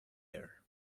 air